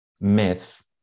myth